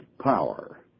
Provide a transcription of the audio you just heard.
power